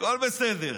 הכול בסדר.